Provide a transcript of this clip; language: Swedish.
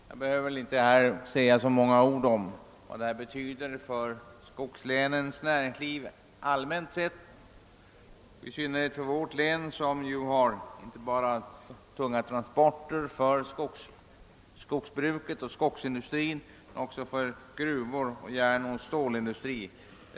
Jag behöver väl inte här säga många ord om vad detta allmänt sett betyder för skogslänens näringsliv. Vårt län har tunga transporter inte bara för skogsbruket och skogsindustrin utan också för gruvor och järnoch stålindustri.